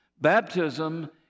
Baptism